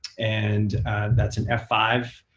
and that's an f five.